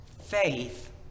Faith